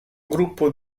gruppo